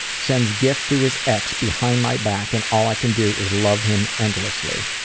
sends gift to his ex behind my back and all i can do is love him endlessly.